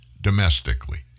domestically